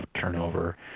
turnover